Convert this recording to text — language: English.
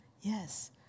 Yes